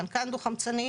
חנקן דו חמצני,